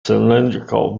cylindrical